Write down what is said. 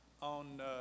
on